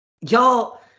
y'all